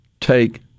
take